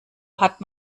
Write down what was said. hat